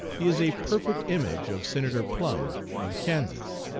he is a perfect image of senator plumb of kansas.